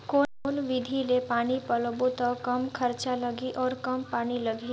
कौन विधि ले पानी पलोबो त कम खरचा लगही अउ कम पानी लगही?